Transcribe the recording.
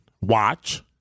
watch